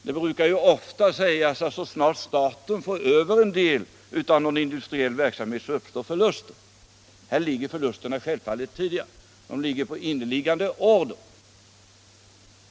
Det brukar ju ofta sägas att så snart staten tar över en del av någon industriell verksamhet uppstår Nr 139 förluster. Här ligger förlusterna självfallet tidigare — de faller på inne Fredagen den liggande order.